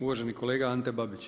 Uvaženi kolega Ante Babić.